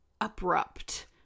abrupt